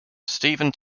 stephen